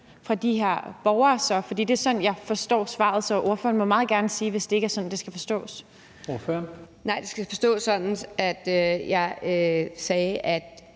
fra de her borgere. Det er sådan, jeg forstår svaret, så ordføreren må meget gerne sige, hvis det ikke er sådan, det skal forstås. Kl. 11:59 Første næstformand (Leif Lahn